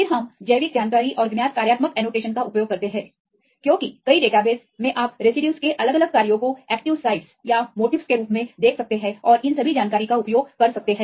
फिर हम जैविक जानकारी और ज्ञात कार्यात्मक एनोटेशन का उपयोग करते हैं क्योंकि कई डेटाबेस मेआप रेसिड्यूज के अलग अलग कार्यों को एक्टिव साइटस या मोटीफ्स के रूप में देख सकते हैं और इन सभी जानकारी का उपयोग कर सकते हैं